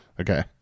Okay